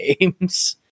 games